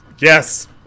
Yes